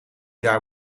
daar